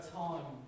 time